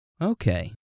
Okay